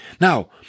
Now